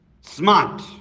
smart